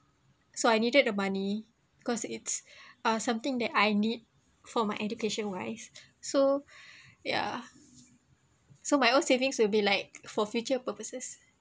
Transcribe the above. so I needed the money cause it's uh something that I need for my education wise so ya so my own savings will be like for future purposes